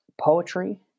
Poetry